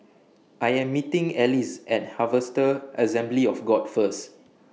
I Am meeting Alize At Harvester Assembly of God First